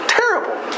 terrible